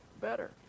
better